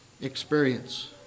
experience